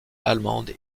allemande